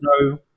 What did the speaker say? no